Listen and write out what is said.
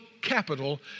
capital